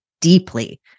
deeply